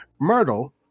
Myrtle